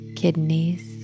kidneys